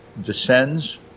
descends